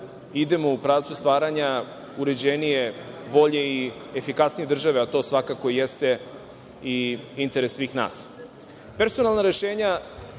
idemo u pravcu stvaranja uređenije, bolje i efikasnije države, a to svakako jeste i interes svih nas. Personalna rešenja